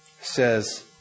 says